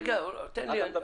רגע, תן לי.